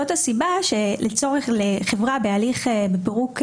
זאת הסיבה לצורך לחברה בהליך בפירוק רגיל,